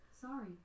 Sorry